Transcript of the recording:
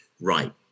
right